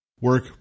work